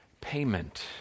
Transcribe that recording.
payment